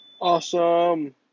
Awesome